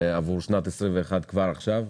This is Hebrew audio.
עבור שנתת 2022 כבר עכשיו.